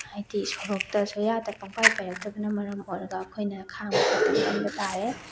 ꯍꯥꯏꯗꯤ ꯁꯣꯔꯣꯛꯇ ꯁꯣꯌꯥꯗ ꯄꯪꯄꯥꯏ ꯄꯥꯏꯔꯛꯇꯕꯅ ꯃꯔꯝ ꯑꯣꯏꯔꯒ ꯑꯩꯈꯣꯏꯅ ꯈꯥꯡꯕ ꯈꯣꯠꯄ ꯀꯟꯕ ꯇꯥꯔꯦ